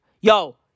Yo